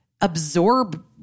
absorb